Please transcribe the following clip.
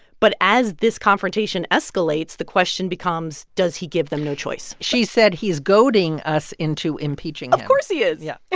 but as this confrontation escalates, the question becomes, does he give them no choice? she said, he's goading us into impeaching him of course he is yeah,